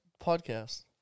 podcast